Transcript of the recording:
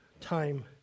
time